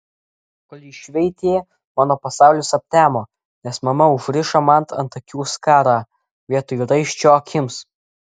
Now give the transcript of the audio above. kol ji šveitė mano pasaulis aptemo nes mama užrišo man ant akių skarą vietoj raiščio akims